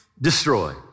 destroy